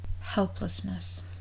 helplessness